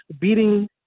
beating